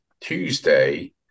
Tuesday